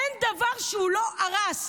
אין דבר שהוא לא הרס.